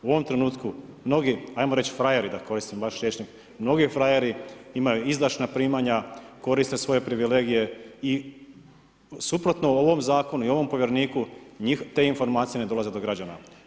U ovom trenutku mnogi, ajmo reći frajeri, da koristim vaš rječnik, mnogi frajeri imaju izdašna primanja, koriste svoje privilegije i suprotno ovom zakonu i ovom povjereniku te informacije ne dolaze do građana.